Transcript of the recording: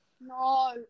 No